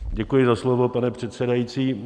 Děkuji za slovo, pane předsedající.